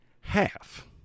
half